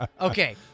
okay